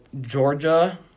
Georgia